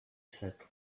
sat